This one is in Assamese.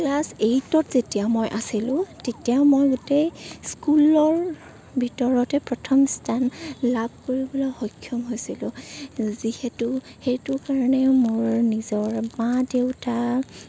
ক্লাছ এইটত যেতিয়া মই আছিলোঁ তেতিয়া মই গোটেই স্কুলৰ ভিতৰতে প্ৰথম স্থান লাভ কৰিবলৈ সক্ষম হৈছিলোঁ যিহেতু সেইটো কাৰণে মোৰ নিজৰ মা দেউতা